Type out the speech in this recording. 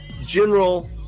General